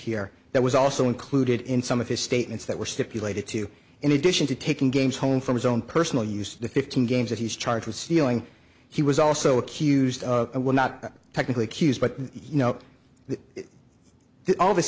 here that was also included in some of his statements that were stipulated to in addition to taking games home from his own personal use the fifteen games that he's charged with stealing he was also accused of not technically accused but you know all this